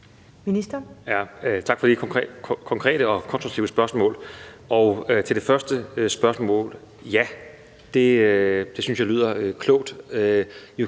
Heunicke): Tak for det konkrete og konstruktive spørgsmål. Til det første spørgsmål: Ja, det synes jeg lyder klogt.